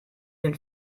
den